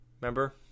Remember